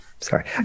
Sorry